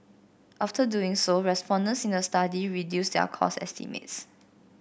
after doing so respondents in the study reduced their cost estimates